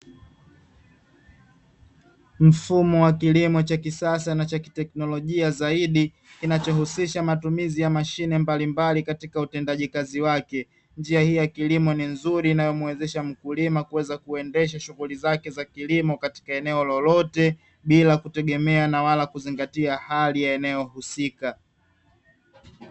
Mfumo wa kilimo cha kisasa na cha kiteknolojia zaidi, kinachohusisha matumizi ya mashine mbalimbali katika utendaji kazi wake; njia hii ya kilimo ni nzuri inayomuezesha mkulima kuweza kuendesha shughuli zake za kilimo katika eneo lolote, bila kutegemea na wala kuzingatia eneo lake husika.